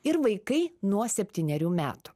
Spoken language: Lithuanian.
ir vaikai nuo septynerių metų